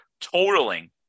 totaling